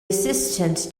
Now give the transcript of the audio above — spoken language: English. assistant